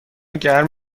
گرم